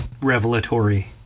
revelatory